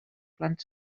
plans